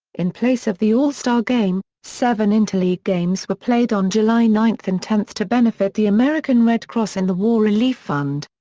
in place of the all-star game, seven interleague games were played on july nine and ten to benefit the american red cross and the war relief fund.